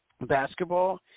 basketball